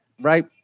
right